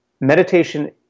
meditation